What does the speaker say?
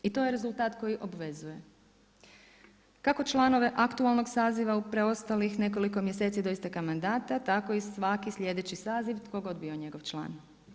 I to je rezultat koji obvezuje kako članove aktualnog saziva u preostalih nekoliko mjeseci do isteka mandata tako i svaki slijedeći saziv tko god bio njegov član.